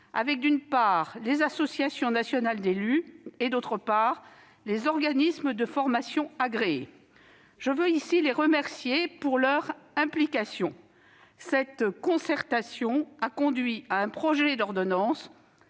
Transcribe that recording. avec, d'une part, les associations nationales d'élus, et, d'autre part, les organismes de formation agréés. Je veux ici les remercier de leur implication. Cette concertation a conduit à un projet d'ordonnance